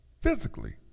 physically